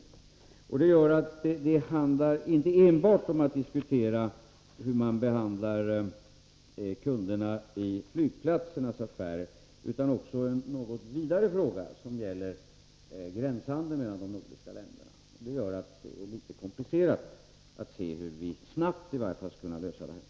Man kan alltså inte enbart diskutera frågan om hur man behandlar kunderna i flygplatsernas affärer utan man måste också diskutera den något större frågan om gränshandeln mellan de nordiska länderna. Det gör det hela litet komplicerat, och det är svårt att se hur vi snabbt skulle kunna lösa detta.